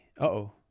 Uh-oh